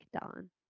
Don